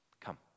Come